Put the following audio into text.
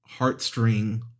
heartstring